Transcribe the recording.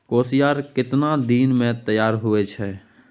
कोसियार केतना दिन मे तैयार हौय छै?